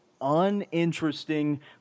uninteresting